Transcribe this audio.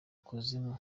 kuzimu